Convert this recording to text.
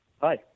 Hi